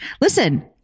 listen